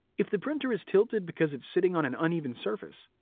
if the printer is tilted because it's sitting on an uneven surface,